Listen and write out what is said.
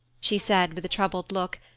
she said with a troubled look,